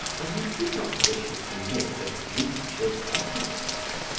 and he did not wish to commit a breach of etiquette.